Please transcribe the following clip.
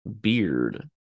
beard